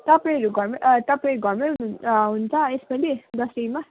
तपाईँहरू घर तपाईँ घरमै हुनु हुन्छ यसपालि दसैँमा